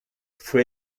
fue